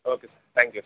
okay sir thank you